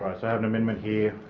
have an amendment here